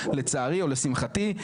לצערי או לשמחתי,